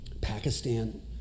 Pakistan